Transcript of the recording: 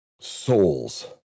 souls